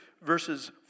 verses